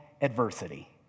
adversity